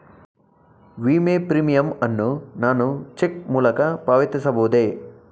ವಿಮೆ ಪ್ರೀಮಿಯಂ ಅನ್ನು ನಾನು ಚೆಕ್ ಮೂಲಕ ಪಾವತಿಸಬಹುದೇ?